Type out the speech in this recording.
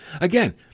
Again